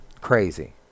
crazy